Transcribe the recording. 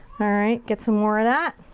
alright. get some more of that.